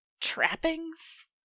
trappings